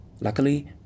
Luckily